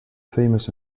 famous